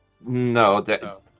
No